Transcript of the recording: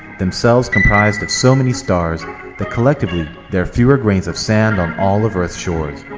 themselves comprised of so many stars that collectively, there are fewer gains of sand on all of earth's shores.